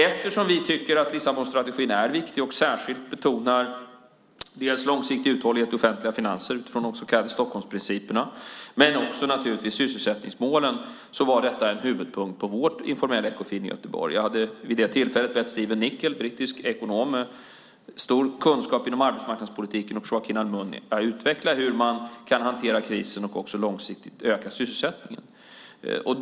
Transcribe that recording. Eftersom vi tycker att Lissabonstrategin är viktig och särskilt betonar dels långsiktig uthållighet i offentliga finanser, utifrån de så kallade Stockholmsprinciperna, dels sysselsättningsmålen var detta en huvudpunkt på vårt informella Ekofin i Göteborg. Jag hade vid det tillfället bett Stephen Nickell, brittisk ekonom med stor kunskap inom arbetsmarknadspolitiken, och Joaquín Almunia att utveckla hur man kan hantera krisen och långsiktigt öka sysselsättningen.